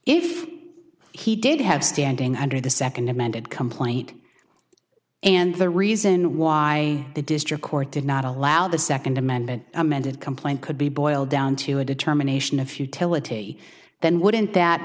if he did have standing under the second amended complaint and the reason why the district court did not allow the second amendment amended complaint could be boiled down to a determination of futility then wouldn't that